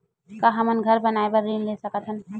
का हमन घर बनाए बार ऋण ले सकत हन?